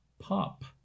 pop